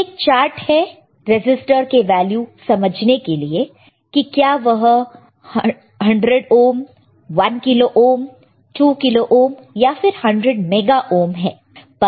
तो एक चार्ट है रेसिस्टर का वैल्यू समझने के लिए कि क्या वह 100 ohm 1 kilo ohm 2 kilo ohm या फिर 100 मेगा ओहम हैं